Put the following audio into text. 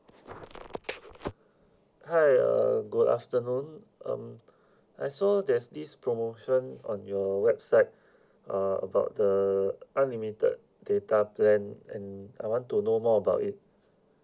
hi uh good afternoon um I saw there's this promotion on your website uh about the unlimited data plan and I want to know more about it